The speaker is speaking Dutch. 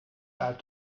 uit